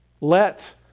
let